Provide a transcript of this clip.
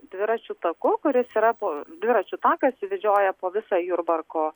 dviračių taku kuris yra po dviračių takas vedžioja po visą jurbarko